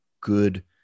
good